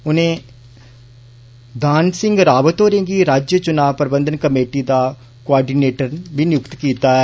उनें धान सिंह रावत होरें गी राज्य चुनाएं प्रबंधन कमेटी दा कोआडीनेटर नियुक्त कीता गेआ ऐ